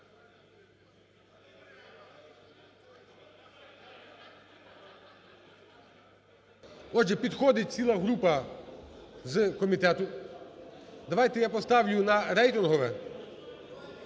Отже, підходить ціла група з комітету. Давайте я поставлю на рейтингове,